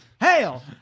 Hail